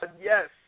yes